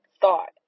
thought